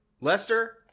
Lester